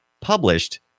published